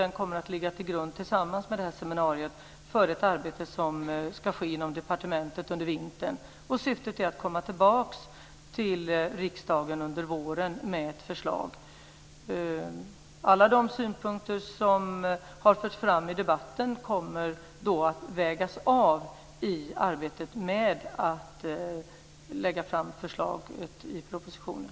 Den kommer att ligga till grund, tillsammans med seminariet, för ett arbete som ska ske inom departementet under vintern. Syftet är att komma tillbaka till riksdagen under våren med ett förslag. Alla de synpunkter som har förts fram i debatten kommer att vägas av i arbetet med att lägga fram förslaget i propositionen.